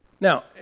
Now